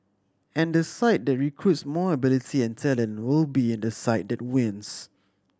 and the side that recruits more ability and talent will be the side that wins